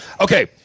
Okay